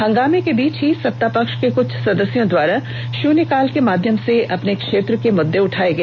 हंगामे के बीच ही सत्तापक्ष के कुछ सदस्यों हारा शून्यकाल के माध्यम से अपने क्षेत्र के मुद्दों को उठाया गया